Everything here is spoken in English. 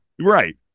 Right